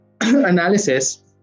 analysis